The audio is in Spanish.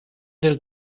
del